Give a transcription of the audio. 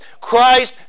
Christ